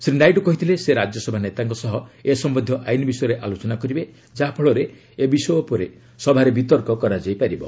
ଶ୍ରୀ ନାଇଡ଼ୁ କହିଛନ୍ତି ସେ ରାଜ୍ୟସଭା ନେତାଙ୍କ ସହ ଏ ସମ୍ଭନ୍ଧୀୟ ଆଇନ୍ ବିଷୟରେ ଆଲୋଚନା କରିବେ ଯାହା ଫଳରେ ଏ ବିଷୟ ଉପରେ ସଭାରେ ବିତର୍କ ହୋଇପାରିବ